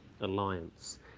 alliance